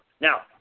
Now